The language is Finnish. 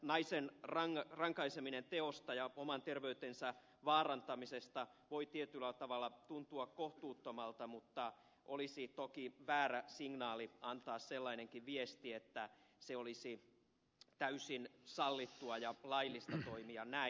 naisen rankaiseminen teosta ja oman terveytensä vaarantamisesta voi tietyllä tavalla tuntua kohtuuttomalta mutta olisi toki väärä signaali antaa sellainenkin viesti että olisi täysin sallittua ja laillista toimia näin